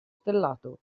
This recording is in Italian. stellato